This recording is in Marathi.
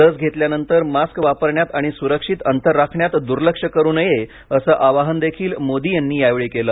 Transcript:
लस घेतल्यानंतर मास्क वापरण्यात आणि सुरक्षित अंतर राखण्यात दुर्लक्ष करू नये असे आवाहनदेखील मोदी यांनी यावेळी केलं